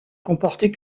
comportait